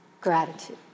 gratitude